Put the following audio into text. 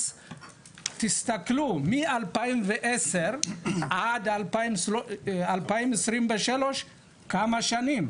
אז תסתכלו מ- 2010 עד 2023 כמה שנים.